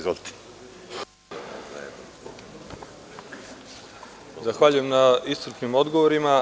Zahvaljujem na iscrpnim odgovorima.